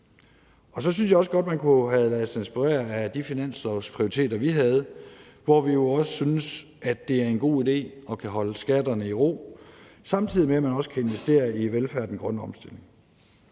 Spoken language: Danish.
Og så synes jeg også godt, man kunne have ladet sig inspirere af de finanslovsprioriteter, vi havde, hvor vi jo også synes, at det er en god idé at kunne holde skatterne i ro, samtidig med at man også kan investere i velfærd og i den grønne omstilling.